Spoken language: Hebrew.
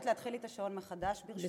אני מבקשת להתחיל את השעון מחדש, ברשותך.